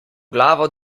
glavo